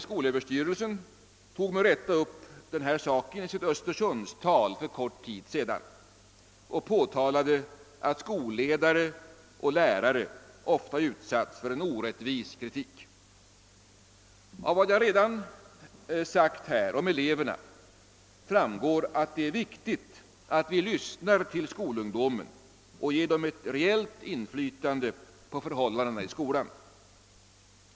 Skolöverstyrelsens chef Jonas Orring tog för en kort tid sedan fullt befogat upp denna fråga och påtalade att skolledare och lärare ofta utsatts för en orättvis kritik. Av vad jag redan sagt om eleverna framgår att det är viktigt att vi lyssnar till skolungdomen och ger den ett reellt inflytande på förhållandena i skolan.